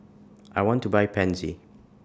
I want to Buy Pansy